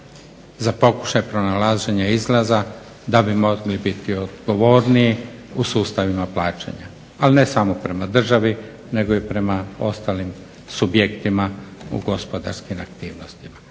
za pokušaj pronalaženja izlaza da bi mogli biti odgovorniji u sustavima plaćanja ali ne samo prema državi nego i prema ostalim subjektima u gospodarskim aktivnostima.